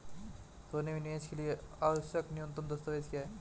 सोने में निवेश के लिए आवश्यक न्यूनतम दस्तावेज़ क्या हैं?